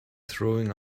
throwing